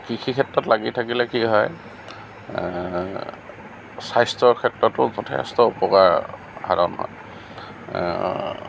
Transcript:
কৃষিক্ষেত্ৰত লাগি থাকিলে কি হয় স্বাস্থ্যৰ ক্ষেত্ৰতো যথেষ্ট উপকাৰ সাধন হয়